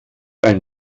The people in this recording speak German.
ein